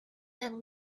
then